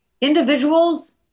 individuals